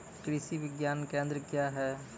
कृषि विज्ञान केंद्र क्या हैं?